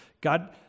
God